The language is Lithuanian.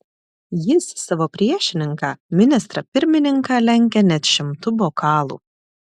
jis savo priešininką ministrą pirmininką lenkia net šimtu bokalų